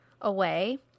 away